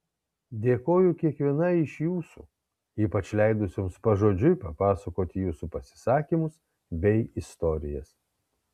dėkoju kiekvienai iš jūsų ypač leidusioms pažodžiui papasakoti jūsų pasisakymus bei istorijas